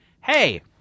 Hey